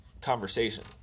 conversation